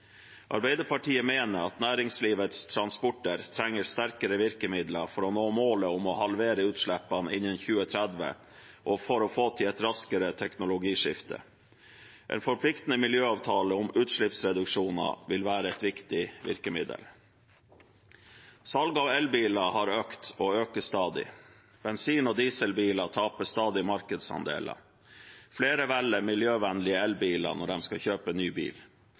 Arbeiderpartiet mener at næringslivets transporter trenger sterkere virkemidler for å nå målet om å halvere utslippene innen 2030, og for å få til et raskere teknologiskifte. En forpliktende miljøavtale om utslippsreduksjoner vil være et viktig virkemiddel. Salget av elbiler har økt og øker stadig. Bensin- og dieselbiler taper stadig markedsandeler. Flere velger miljøvennlige elbiler når de skal kjøpe ny bil.